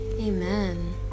amen